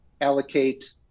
allocate